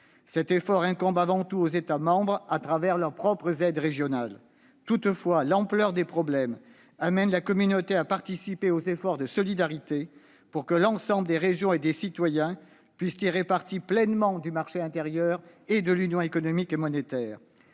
Cet effort incombe avant tout aux États membres, à travers leurs propres aides régionales. Toutefois, l'ampleur des problèmes amène la Communauté à participer aux efforts de solidarité pour que l'ensemble des régions et des citoyens puissent tirer parti pleinement du marché intérieur et de l'Union économique et monétaire.